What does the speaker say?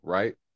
Right